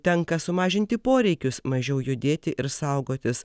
tenka sumažinti poreikius mažiau judėti ir saugotis